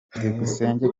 byukusenge